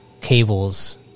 cables